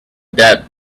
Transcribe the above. death